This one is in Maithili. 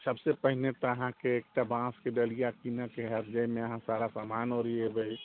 सबसँ पहिने तऽ अहाँके एकटा बाँसके डलिया किनैके हैत जाहिमे अहाँ सारा सामान ओरिएबै